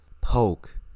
poke